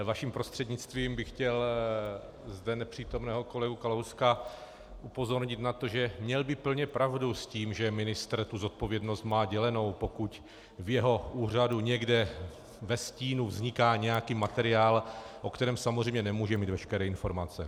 Vaším prostřednictvím bych chtěl zde nepřítomného kolegu Kalouska upozornit na to, že by měl plně pravdu s tím, že ministr tu zodpovědnost má dělenou, pokud v jeho úřadu někde ve stínu vzniká nějaký materiál, o kterém samozřejmě nemůže mít veškeré informace.